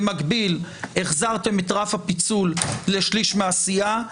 במקביל החזרתם את רף הפיצול לשליש מהסיעה,